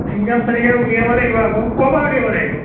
income certificate উলিয়াব লাগিব আকৌ ক'ৰ পৰা উলিয়াব লাগিব